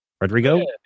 Rodrigo